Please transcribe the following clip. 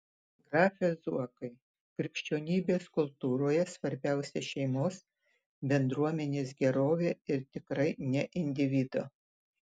grafe zuokai krikščionybės kultūroje svarbiausia šeimos bendruomenės gerovė ir tikrai ne individo